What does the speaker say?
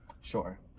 sure